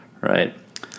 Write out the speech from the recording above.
right